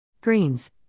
Greens